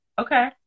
okay